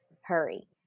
Hurry